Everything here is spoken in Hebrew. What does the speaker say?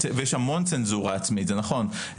ויש המון צנזורה עצמית זה נכון,